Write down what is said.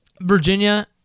Virginia